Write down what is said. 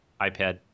iPad